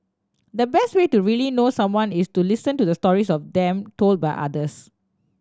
the best way to really know someone is to listen to the stories of them told by others